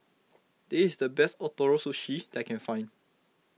this is the best Ootoro Sushi I can find